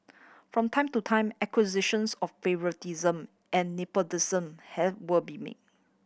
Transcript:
from time to time accusations of favouritism and nepotism have will be made